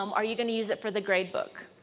um are you going to use it for the grade book.